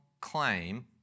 claim